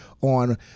on